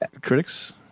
critics